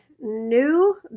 new